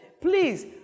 Please